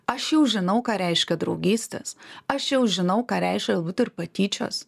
aš jau žinau ką reiškia draugystės aš jau žinau ką reiškia būti ir patyčios